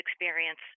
experience